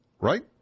Right